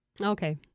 Okay